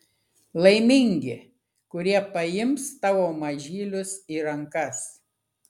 laimingi kurie paims tavo mažylius į rankas